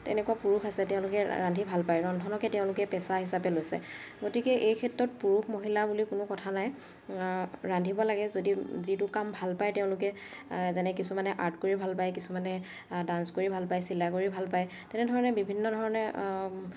তেনেকুৱা পুৰুষ আছে তেওঁলোকে ৰান্ধি ভাল পায় ৰন্ধনকে তেওঁলোকে পেছা হিচাপে লৈছে গতিকে এই ক্ষেত্ৰত পুৰুষ মহিলা বুলি কোনো কথা নাই ৰান্ধিব লাগে যদি যিটো কাম ভাল পায় তেওঁলোকে যেনে কিছুমানে আৰ্ট কৰি ভাল পায় কিছুমানে ডান্স কৰি ভাল পায় চিলাই কৰি ভাল পায় তেনেধৰণে বিভিন্ন ধৰণে